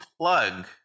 plug